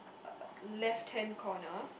left hand corner